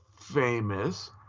famous